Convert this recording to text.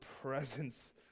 presence